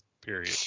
Period